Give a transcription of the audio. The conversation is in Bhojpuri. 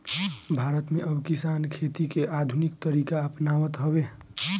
भारत में अब किसान खेती के आधुनिक तरीका अपनावत हवे